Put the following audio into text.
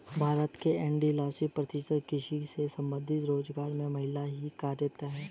भारत के अड़तालीस प्रतिशत कृषि से संबंधित रोजगारों में महिलाएं ही कार्यरत हैं